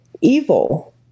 evil